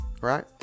right